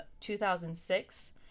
2006